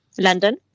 London